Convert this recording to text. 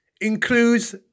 includes